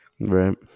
right